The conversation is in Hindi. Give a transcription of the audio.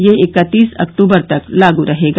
यह इकत्तीस अक्टूबर तक लागू रहेगा